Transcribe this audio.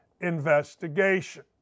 investigation